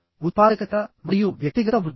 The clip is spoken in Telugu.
ఉత్పాదకత మరియు వ్యక్తిగత వృద్ధి